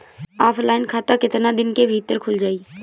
Offline खाता केतना दिन के भीतर खुल जाई?